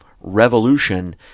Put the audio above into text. Revolution